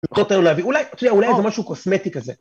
אולי זה משהו קוסמטי כזה.